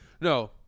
No